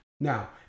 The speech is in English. Now